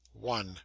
One